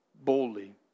boldly